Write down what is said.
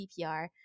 CPR